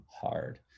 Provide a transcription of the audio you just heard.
hard